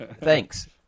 thanks